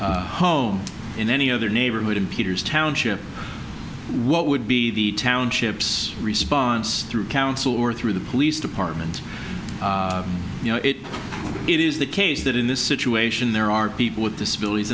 home in any other neighborhood in peter's township what would be the township's response through council or through the police department you know it it is the case that in this situation there are people with disabilities